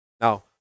Now